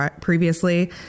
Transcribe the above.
previously